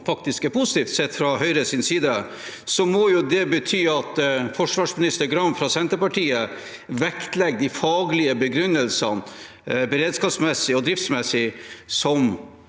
faktisk er positivt sett fra Høyres side, må jo det bety at forsvarsminister Gram fra Senterpartiet vektlegger de faglige begrunnelsene, beredskapsmessig og driftsmessig, som